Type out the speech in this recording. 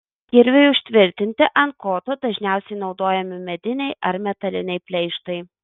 kirviui užtvirtinti ant koto dažniausiai naudojami mediniai ar metaliniai pleištai